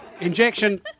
injection